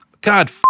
God